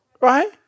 Right